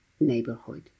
neighborhood